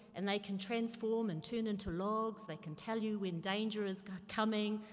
and they can transform and turn into logs, they can tell you when danger is coming,